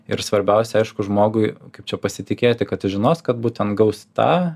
ir svarbiausia aišku žmogui kaip čia pasitikėti kad žinos kad būtent gaus tą